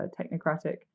technocratic